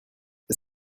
est